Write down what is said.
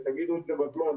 תגידו את זה בזמן,